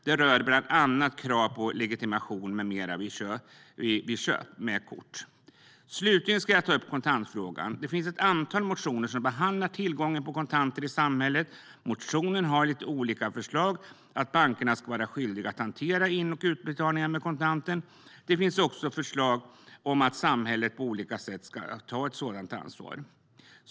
Det rör bland annat krav på legitimation vid köp med kort. Jag ska nu ta upp kontantfrågan. Det finns ett antal motioner där tillgången på kontanter i samhället behandlas. I motionerna finns lite olika förslag, till exempel att bankerna ska vara skyldiga att hantera in och utbetalningar med kontanter. Det finns också förslag om att samhället på olika sätt ska ta ett sådant ansvar.